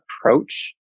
approach